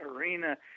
arena